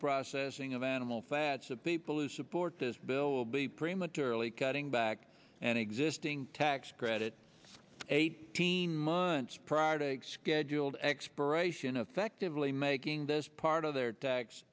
processing of animal fats of people who support this bill will be prematurely cutting back an existing tax credit eighteen months prior take scheduled expiration affectively making this part of their tax